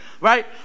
right